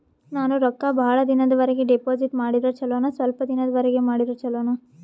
ನಾನು ರೊಕ್ಕ ಬಹಳ ದಿನಗಳವರೆಗೆ ಡಿಪಾಜಿಟ್ ಮಾಡಿದ್ರ ಚೊಲೋನ ಸ್ವಲ್ಪ ದಿನಗಳವರೆಗೆ ಮಾಡಿದ್ರಾ ಚೊಲೋನ?